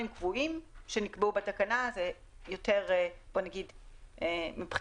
קבועים שנקבעו בתקנה ויותר מבחינתנו,